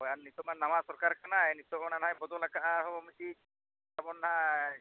ᱦᱳᱭ ᱟᱨ ᱱᱤᱛᱳᱜ ᱢᱟ ᱱᱟᱣᱟ ᱥᱚᱨᱠᱟᱨ ᱠᱟᱱᱟᱭ ᱱᱤᱛᱳᱜ ᱚᱱᱟ ᱱᱟᱦᱟᱸᱜ ᱵᱚᱫᱚᱞ ᱠᱟᱜᱼᱟ ᱦᱳ ᱢᱤᱫᱴᱤᱡ ᱟᱵᱚᱱᱟᱜ